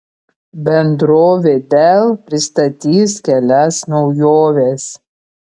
bendrovė dell pristatys kelias naujoves